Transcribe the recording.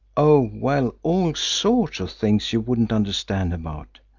oh, well, all sorts of things you wouldn't understand about.